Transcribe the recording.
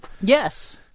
Yes